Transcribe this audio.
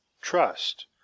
trust